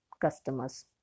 customers